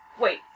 wait